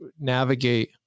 navigate